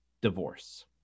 divorce